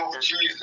Jesus